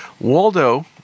Waldo